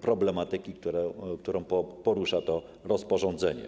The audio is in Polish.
problematyki, którą porusza to rozporządzenie.